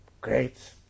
great